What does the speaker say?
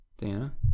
Diana